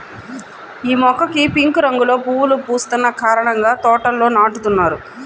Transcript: యీ మొక్కకి పింక్ రంగులో పువ్వులు పూస్తున్న కారణంగా తోటల్లో నాటుతున్నారు